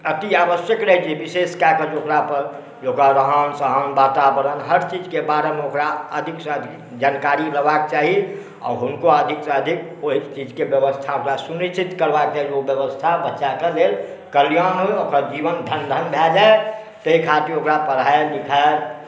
अतिआवश्यक रहै छै विशेष कऽ कऽ ओकरापर जे ओकर रहनसहन वातावरण हर चीजके बारेमे ओकरा अधिकसँ अधिक जानकारी लेबाक चाही आओर हुनको अधिकसँ अधिक ओहि चीजके बेबस्था ओकरा सुनिश्चित करबाके चाही ओ बेबस्था बच्चाके लेल करिऔन ओकर जीवन धन्य धन्य भऽ जाइ ताहि खातिर ओकरा पढ़ाइ लिखाइ